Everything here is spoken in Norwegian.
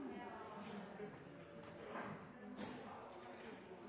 Jeg